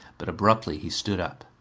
but abruptly he stood up.